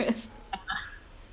yeah